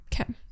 Okay